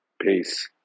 peace